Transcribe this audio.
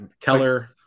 Keller